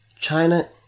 China